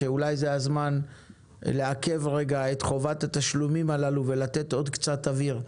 שאולי זה הזמן לעכב רגע את חובת התשלומים הללו ולתת עוד קצת אוויר.